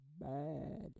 bad